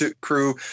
crew